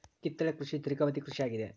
ಕಿತ್ತಳೆ ಕೃಷಿಯ ಧೇರ್ಘವದಿ ಕೃಷಿ ಆಗಿದೆ